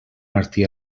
martí